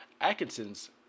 Atkinson's